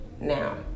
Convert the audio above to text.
now